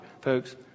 folks